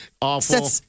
Awful